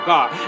God